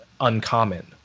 uncommon